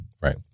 Right